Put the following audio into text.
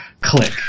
Click